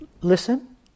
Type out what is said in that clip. Listen